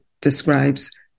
describes